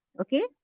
okay